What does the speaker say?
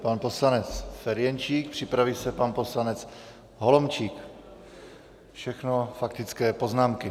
Pan poslanec Ferjenčík, připraví se pan poslanec Holomčík, všechno faktické poznámky.